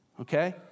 Okay